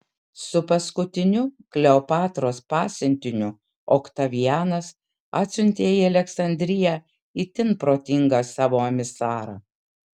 su paskutiniu kleopatros pasiuntiniu oktavianas atsiuntė į aleksandriją itin protingą savo emisarą